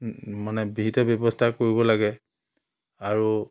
মানে বিহিত ব্যৱস্থা কৰিব লাগে আৰু